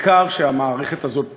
העיקר שהמערכת הזאת תשרוד,